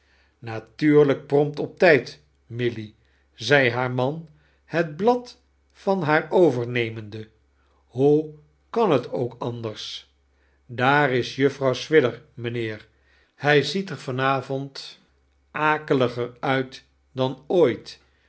natuurlijk prompt op tijd mally zei haar man het blad van hjaar overnemende hoe kan t ook anders daar is juffrouw swidger mijnheer hij zaet er van avond akeliger uit dan oodt